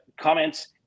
comments